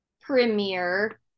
premiere